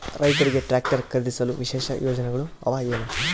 ರೈತರಿಗೆ ಟ್ರಾಕ್ಟರ್ ಖರೇದಿಸಲು ವಿಶೇಷ ಯೋಜನೆಗಳು ಅವ ಏನು?